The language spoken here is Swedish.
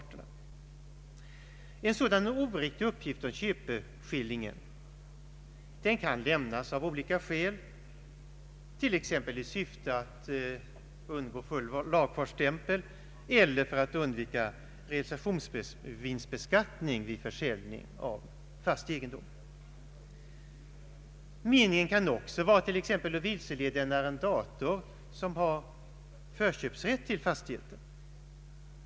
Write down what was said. En sådan oriktig uppgift om köpeskillingen kan lämnas av olika skäl, t.ex. i syfte att undgå full lagfartsstämpel eller för att undvika realisationsvinstbeskattning vid = försäljning av fast egendom. Meningen kan också vara t.ex. att vilseleda en arrendator som har förköpsrätt till fastigheten.